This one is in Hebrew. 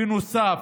בנוסף,